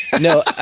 No